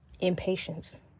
impatience